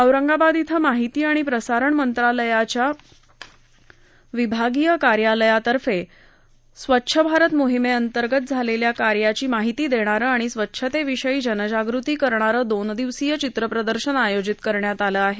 औरंगाबाद इथं माहिती आणि प्रसारण मंत्रालयाच्या विभागीय कार्यालयातर्फे स्वच्छ भारत मोहीमेअंतर्गत झालेल्या कार्याची माहिती देणारं आणि स्वच्छतेविषयी जनजागृती करणारं दोन दिवसीय चित्रप्रदर्शन आयोजित करण्यात आलं आहे